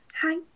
Hi